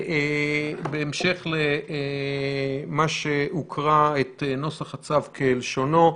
בהמשך למה שהוקרא, נוסח הצו כלשונו,